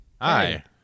Hi